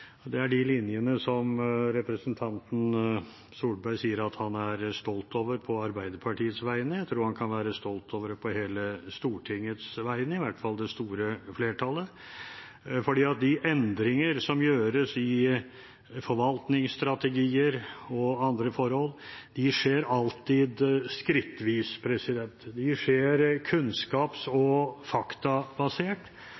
Det er de linjene representanten Tvedt Solberg sier han er stolt over på Arbeiderpartiets vegne. Jeg tror han kan være stolt på hele Stortingets vegne, i hvert fall det store flertallet. De endringene som gjøres i forvaltningsstrategier og andre forhold, skjer alltid skrittvis. De skjer kunnskaps-